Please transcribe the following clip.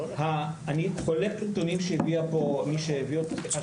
אני חולק על הנתונים שהביא מי שהביא אותם.